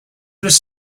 was